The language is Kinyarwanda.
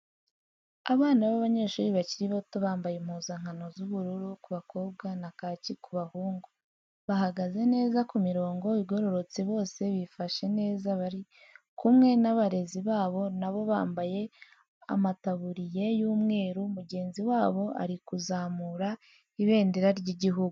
Abana b'abanyeshuri bakiri bato bambaye impuzankano z'ubururu ku bakobwa na kaki ku bahungu, bahagaze neza ku mirongo igororotse bose bifashe neza bari kumwe n'abarezi babo nabo bambaye amataburiya y'umweru mugenzi wabo ari kuzamura ibendera ry'igihugu.